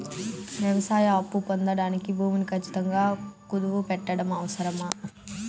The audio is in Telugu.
వ్యవసాయ అప్పు పొందడానికి భూమిని ఖచ్చితంగా కుదువు పెట్టడం అవసరమా?